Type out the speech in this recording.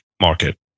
market